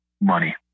money